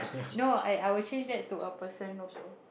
no I I will change that to a person also